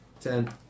Ten